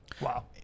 Wow